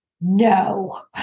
No